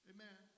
Amen